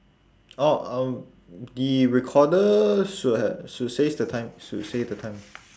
orh um the recorder should ha~ should says the time should say the time